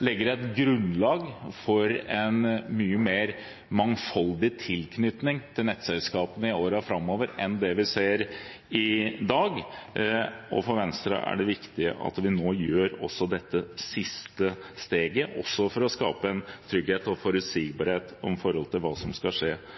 legger et grunnlag for en mye mer mangfoldig tilknytning til nettselskapene i årene framover enn det vi ser i dag, og for Venstre er det viktig at vi nå gjør også dette siste steget – også for å skape en trygghet og forutsigbarhet med tanke på hva skal skje